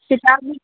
किताब नी